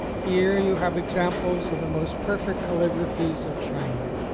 here you have examples of the most perfect calligraphies of china.